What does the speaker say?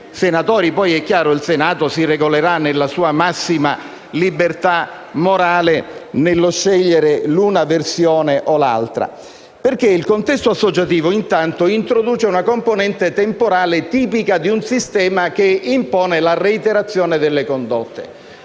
chiaro che poi il Senato si regolerà nelle sua massima libertà morale nello scegliere l'una versione o l'altra. Il contesto associativo, intanto, introduce una componente temporale tipica di un sistema che impone la reiterazione delle condotte.